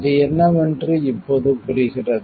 அது என்னவென்று இப்போது புரிகிறது